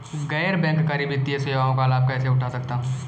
गैर बैंककारी वित्तीय सेवाओं का लाभ कैसे उठा सकता हूँ?